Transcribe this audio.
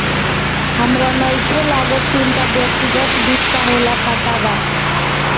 हामरा नइखे लागत की उनका व्यक्तिगत वित्त का होला पता बा